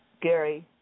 Gary